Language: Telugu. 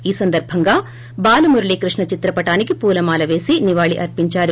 ఈ సందర్భంగా బాలమురళీకృష్ణ చిత్రపటానికి పూలమాల పేసి నివాళిలు అర్పించారు